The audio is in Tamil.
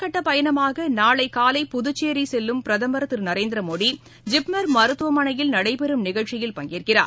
கட்டபயணமாகநாளைகாலை புதுச்சேரிசெல்லும் பிரதம் திருநரேந்திரமோடி ஜிப்மர் முதல் மருத்துவமனையில் நடைபெறும் நிகழ்ச்சியில் பங்கேற்கிறார்